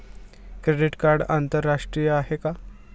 Credit card आंतरराष्ट्रीय आहे का?